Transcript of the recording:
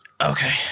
Okay